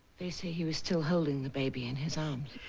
they say he was still holding the baby in his arms.